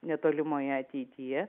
netolimoje ateityje